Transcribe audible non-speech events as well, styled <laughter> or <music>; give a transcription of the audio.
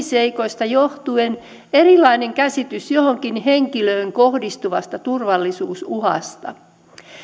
<unintelligible> seikoista johtuen erilainen käsitys johonkin henkilöön kohdistuvasta turvallisuusuhasta